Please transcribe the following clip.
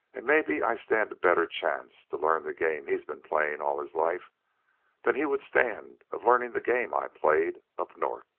and maybe i stand a better chance to learn the game he's been playing all his life than he would stand of learning the game i played up north.